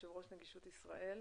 יושב ראש נגישות ישראל.